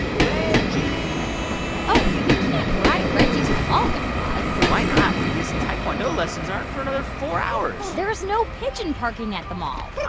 reggie oh, we can't ride reggie to the mall, guy raz why not? his taekwondo lessons aren't for another four hours there's no pigeon parking at the mall